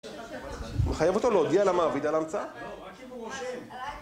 מחייב אותו להודיע למעביד על ההמצאה